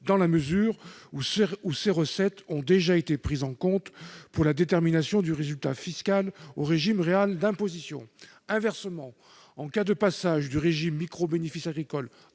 En effet, ces recettes ont déjà été prises en compte pour la détermination du résultat fiscal au régime réel d'imposition. Inversement, en cas de passage du régime « micro-BA » à un régime